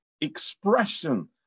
expression